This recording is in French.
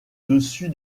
dessus